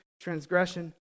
transgression